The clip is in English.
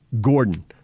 Gordon